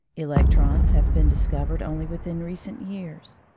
electrons have been discovered only within recent years.